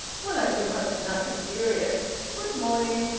well, i do hope it's nothing serious. good morning.